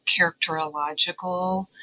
characterological